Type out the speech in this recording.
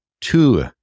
two